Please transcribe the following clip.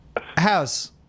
house